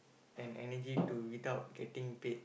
and energy to without getting paid